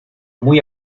muy